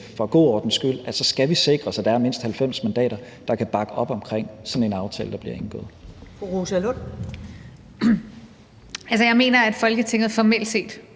for god ordens skyld, at så skal vi sikre os, at der er mindst 90 mandater, der kan bakke op omkring sådan en aftale, der bliver indgået. Kl. 18:25 Første næstformand